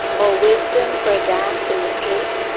or wisdom for a dance in the street?